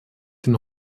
den